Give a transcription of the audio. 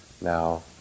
now